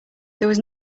there